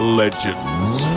legends